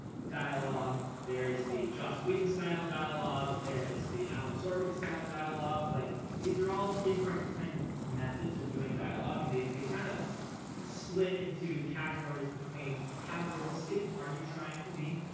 dialogue. there is the joss whedon style dialogue. there is the alan sorkin style dialogue. like these are all different kind of methods of doing dialogue. and they they kind of split into categories between how realistic are you trying to be,